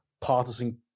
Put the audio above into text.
partisan